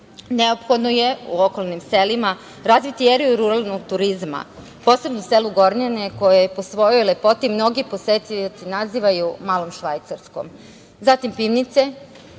Neophodno je u okolnim selima razviti eriju ruralnog turizma, posebno u selu Gornjane koje po svojoj lepoti mnogi posetioci nazivaju malom Švajcarskom. Zatim, Pivnice,